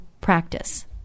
practice